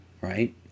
right